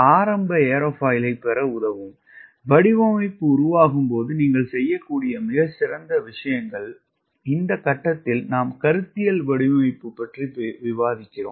இது ஆரம்ப ஏரோஃபைலைப் பெற உதவும் வடிவமைப்பு உருவாகும்போது நீங்கள் செய்யக்கூடிய மிகச்சிறந்த விஷயங்கள் இந்த கட்டத்தில் நாம் கருத்தியல் வடிவமைப்பு பற்றி விவாதிக்கிறோம்